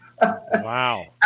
Wow